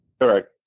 Correct